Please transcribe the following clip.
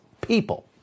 people